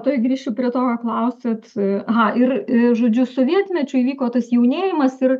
tuoj grįšiu prie to klausėt aha ir žodžiu sovietmečiu įvyko tas jaunėjimas ir